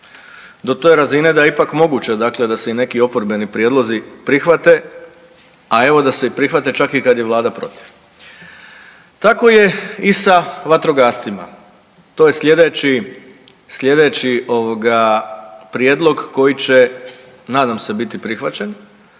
do te razine da je ipak moguće dakle da se i neki oporbeni prijedlozi prihvate, a evo da se i prihvate čak i kad je vlada protiv. Tako je i sa vatrogascima, to je slijedeći, slijedeći ovoga prijedlog koji će nadam se biti prihvaćen